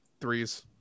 threes